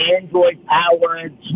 Android-powered